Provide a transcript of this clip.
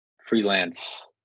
freelance